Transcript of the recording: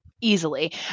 easily